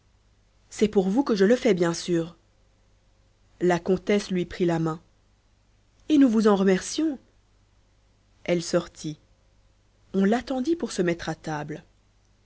c'est pour vous que je le fais bien sûr la comtesse lui prit la main et nous vous remercions elle sortit on l'attendit pour se mettre à table